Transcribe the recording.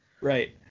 Right